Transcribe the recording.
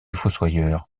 fossoyeur